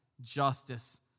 justice